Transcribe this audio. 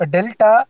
Delta